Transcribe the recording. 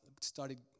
started